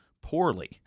poorly